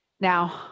Now